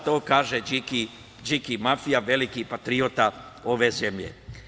To kaže Điki mafija, veliki patriota ove zemlje.